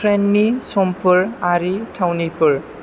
ट्रेननि समफोरआरि थावनिफोर